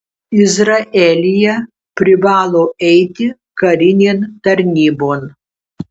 izraelyje privalo eiti karinėn tarnybon